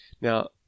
Now